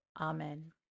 Amen